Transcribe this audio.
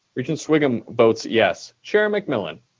regent sviggum votes yes. chair mcmillan?